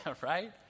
right